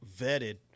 vetted